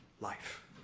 life